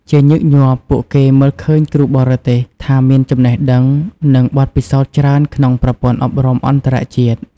ជាញឹកញាប់ ពួកគេមើលឃើញគ្រូបរទេសថាមានចំណេះដឹង និងបទពិសោធន៍ច្រើនក្នុងប្រព័ន្ធអប់រំអន្តរជាតិ។